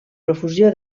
profusió